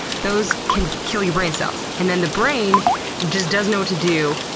those can kill your brain cells, and then the brain just doesn't know what to do.